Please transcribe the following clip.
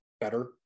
better